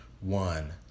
one